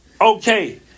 Okay